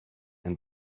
and